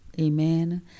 Amen